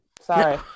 sorry